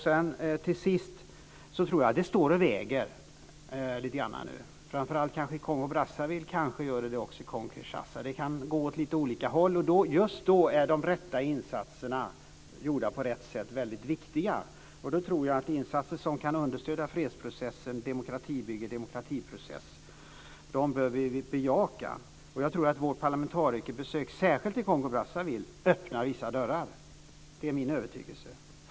Det står nu lite grann och väger. Det gäller kanske framför allt Kongo-Brazzaville, och kanske gör det också det i Kongo-Kinshasa. Det kan gå och lite olika håll. Just då är de rätta insatserna gjorda på rätt sätt väldigt viktiga. Insatser som kan understödja fredprocessen, demokratibygge och demokratiprocess bör vi bejaka. Jag tror att vårt parlamentarikerbesök, särskilt i Kongo-Brazzaville, öppnar vissa dörrar. Det är min övertygelse.